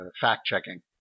fact-checking